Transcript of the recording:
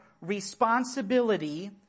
responsibility